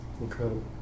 Incredible